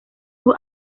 sus